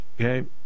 okay